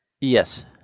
Yes